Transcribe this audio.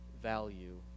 value